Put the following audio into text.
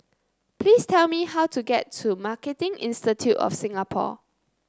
please tell me how to get to Marketing Institute of Singapore